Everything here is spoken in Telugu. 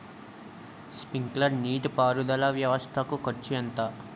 స్ప్రింక్లర్ నీటిపారుదల వ్వవస్థ కు ఖర్చు ఎంత?